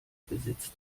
besitzt